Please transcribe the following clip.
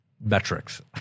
metrics